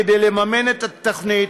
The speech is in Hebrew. כדי לממן את התוכנית,